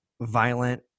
violent